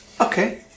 Okay